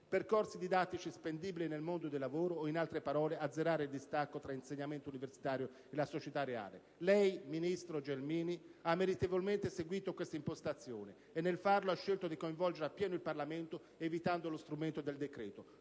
percorsi didattici spendibili nel mondo del lavoro. In altre parole, azzerare il distacco fra l'insegnamento universitario e la società reale. Lei, signora ministro Gelmini, ha meritevolmente seguito questa impostazione e nel farlo ha scelto di coinvolgere appieno il Parlamento, evitando lo strumento del decreto;